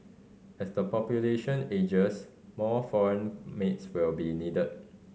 as the population ages more foreign maids will be needed